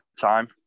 time